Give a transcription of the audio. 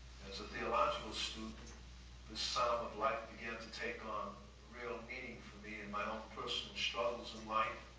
as a theological student the psalm of life began to take on real meaning for me in my own personal struggles in life,